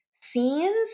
scenes